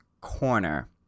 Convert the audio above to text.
corner